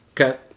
Okay